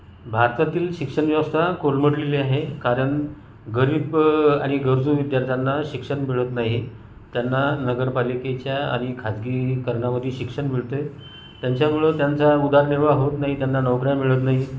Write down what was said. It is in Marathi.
भारतातील शिक्षण व्यवस्था कोलमडलेली आहे कारण गरीब आणि गरजू विद्यार्थ्यांना शिक्षण मिळत नाही त्यांना नगरपालिकेच्या आणि खाजगीकरणामध्ये शिक्षण मिळतंय त्यांच्यामुळं त्यांचा उदरनिर्वाह होत नाही